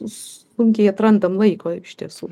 sunkiai atrandam laiko iš tiesų